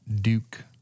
Duke